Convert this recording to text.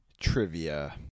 Trivia